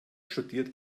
studiert